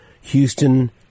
Houston